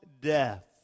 death